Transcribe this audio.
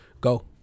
go